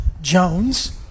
jones